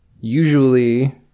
Usually